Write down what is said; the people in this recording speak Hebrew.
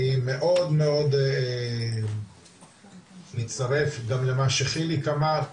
אני מאוד מאוד מצטרף גם למה שחיליק אמר,